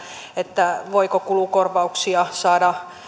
siitä voiko kulukorvauksia saada